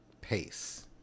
pace